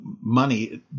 money